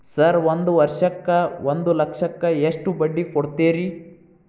Sir ಒಂದು ವರ್ಷಕ್ಕ ಒಂದು ಲಕ್ಷಕ್ಕ ಎಷ್ಟು ಬಡ್ಡಿ ಕೊಡ್ತೇರಿ?